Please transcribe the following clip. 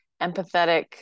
empathetic